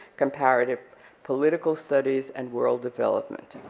comparative political studies and world development,